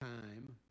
time